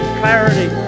clarity